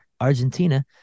Argentina